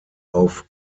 auf